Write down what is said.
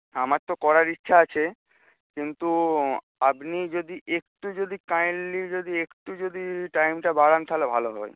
আমার তো করার ইচ্ছা আছে কিন্তু আপনি যদি একটু যদি কাইন্ডলি যদি একটু যদি টাইমটা বাড়ান তাহলে ভালো হয়